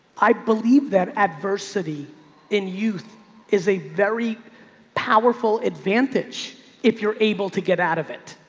i believe that adversity in youth is a very powerful advantage if you're able to get out of it.